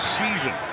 season